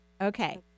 Okay